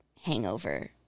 hangover